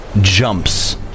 jumps